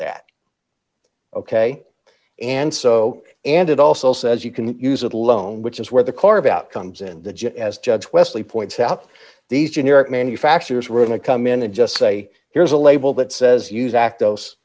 that ok and so and it also says you can use it alone which is where the carve out comes in the just as judge westley points out these generic manufacturers really come in and just say here's a label that says use act